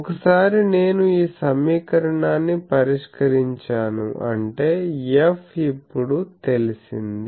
ఒకసారి నేను ఈ సమీకరణాన్ని పరిష్కరించాను అంటే F ఇప్పుడు తెలిసింది